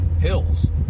hills